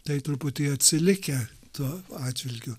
tai truputį atsilikę tuo atžvilgiu